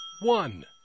one